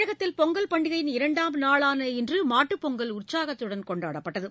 தமிழகத்தில் பொங்கல் பண்டிகையின் இரண்டாம் நாளான இன்றுமாட்டுப் பொங்கல் உற்சாகமாககொண்டாப்பட்டது